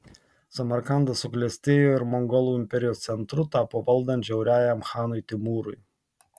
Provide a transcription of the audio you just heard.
samarkandas suklestėjo ir mongolų imperijos centru tapo valdant žiauriajam chanui timūrui